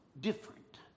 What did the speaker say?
different